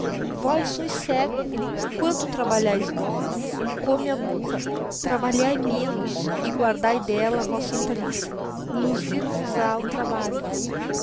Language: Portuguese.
vós sois cego quanto trabalhais vos come a burra trabalhai menos e guardai delia vossa hortaliça luzirvos ha o trabalho